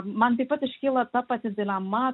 man taip pat iškyla ta pati dilema